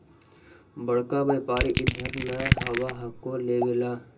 बड़का व्यापारि इधर नय आब हको लेबे ला?